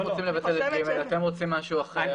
הם רוצים לבטל את (ג) ואתם רוצים משהו אחר.